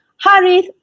Harith